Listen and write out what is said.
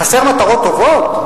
חסרות מטרות טובות?